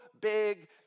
big